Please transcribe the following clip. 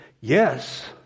Yes